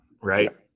right